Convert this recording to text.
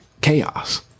chaos